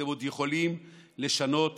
אתם עוד יכולים לשנות